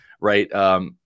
right